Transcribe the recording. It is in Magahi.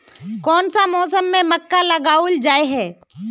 कोन सा मौसम में मक्का लगावल जाय है?